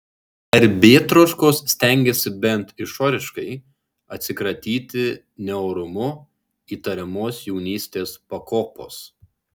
garbėtroškos stengėsi bent išoriškai atsikratyti neorumu įtariamos jaunystės pakopos